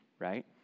right